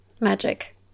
Magic